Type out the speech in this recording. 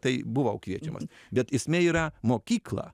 tai buvau kviečiamas bet esmė yra mokykla